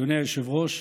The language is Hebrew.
אדוני היושב-ראש,